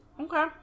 Okay